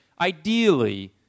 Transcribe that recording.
ideally